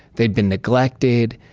they'd been neglected,